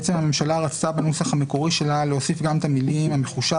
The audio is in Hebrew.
הממשלה רצתה בנוסח המקורי שלה להוסיף גם את המילים "המחושב